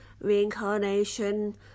reincarnation